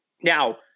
Now